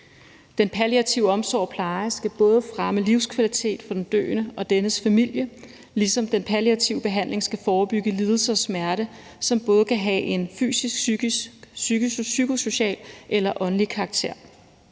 Den palliative omsorg og pleje skal både fremme livskvalitet for den døende og dennes familie, ligesom den palliative behandling skal forebygge lidelse og smerte, som både kan have en fysisk, psykisk, psykosocial eller åndelig karakter.